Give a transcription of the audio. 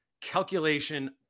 calculation